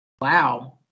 Wow